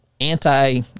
anti